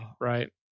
right